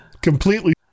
completely